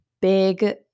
big